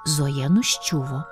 zoja nuščiuvo